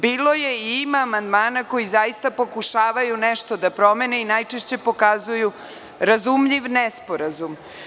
Bilo je i ima amandmana koji zaista pokušavaju nešto da promene i najčešće pokazuju razumljiv nesporazum.